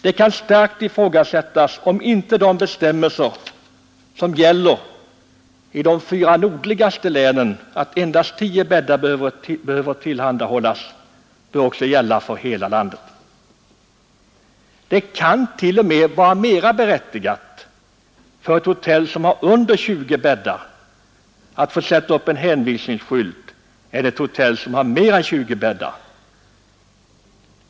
Det kan starkt ifrågasättas om inte de bestämmelser som gäller i de fyra nordligaste länen — att endast tio bäddar behöver tillhandhållas — bör gälla för hela landet. Det kan t.o.m. vara mera berättigat för ett hotell som har mindre än 20 bäddar att få sätta upp en hänvisningsskylt än för ett hotell som har mer än 20 bäddar.